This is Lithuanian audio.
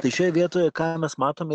tai šioje vietoje ką mes matome